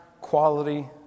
quality